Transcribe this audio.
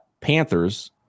Panthers